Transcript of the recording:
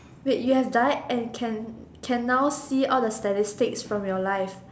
wait you have died and can can now see all the statistics from your life